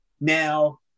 Now